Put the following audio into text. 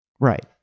Right